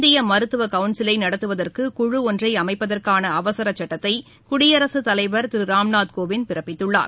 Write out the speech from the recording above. இந்திய மருத்துவ கவுன்சிலை நடத்துவதற்கு குழு ஒன்றை அமைப்பதற்கான அவசர சட்டத்தை குடியரசுத் தலைவர் திரு ராம்நாத் கோவிந்த் பிறப்பித்துள்ளார்